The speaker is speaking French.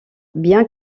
bien